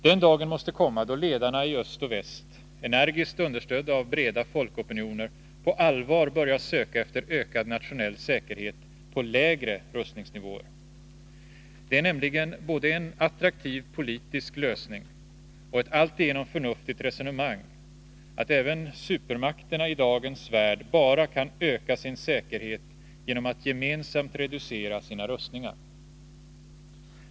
Den dagen måste komma då ledarna i öst och väst — energiskt understödda av breda folkopinioner — på allvar börjar söka efter ökad nationell säkerhet på lägre rustningsnivåer. Det är nämligen både en attraktiv politisk lösning och ett alltigenom förnuftigt resonemang att även supermakterna i dagens värld kan öka sin säkerhet bara genom att gemensamt reducera sina rustningar.